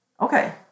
okay